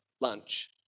lunch